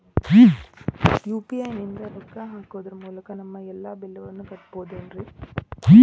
UPI ನಿಂದ ರೊಕ್ಕ ಹಾಕೋದರ ಮೂಲಕ ನಮ್ಮ ಎಲ್ಲ ಬಿಲ್ಲುಗಳನ್ನ ಕಟ್ಟಬಹುದೇನ್ರಿ?